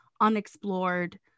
unexplored